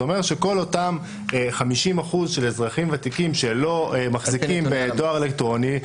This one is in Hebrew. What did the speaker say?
זה אומר שכל אותם 50% של אזרחים ותיקים שלא מחזיקים בדואר אלקטרוני,